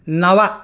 नव